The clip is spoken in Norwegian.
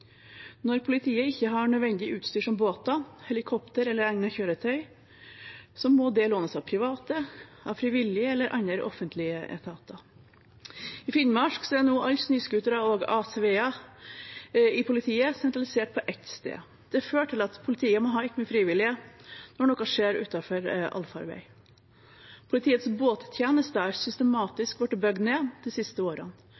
Når politiet ikke har nødvendig utstyr som båter, helikopter eller egnet kjøretøy, må det lånes av private, av frivillige eller av andre offentlige etater. I Finnmark er nå alle snøscootere og ATV-er i politiet sentralisert på ett sted. Det fører til at politiet må basere seg på frivillige når noe skjer utenfor allfarvei. Politiets båttjenester er systematisk blitt bygd ned de siste årene.